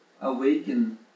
awaken